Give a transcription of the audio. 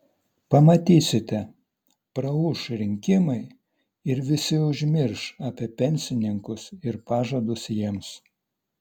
pamatysite praūš rinkimai ir visi užmirš apie pensininkus ir pažadus jiems